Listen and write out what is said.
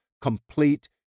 complete